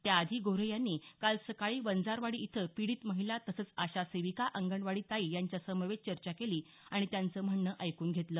त्याआधी गोऱ्हे यांनी काल सकाळी वंजारवाडी इथं पीडित महिला तसंच आशा सेविका अंगणवाडी ताई यांच्यासमवेत चर्चा केली आणि त्यांचं म्हणणं ऐकून घेतलं